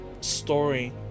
story